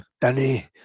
Danny